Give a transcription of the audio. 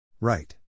Right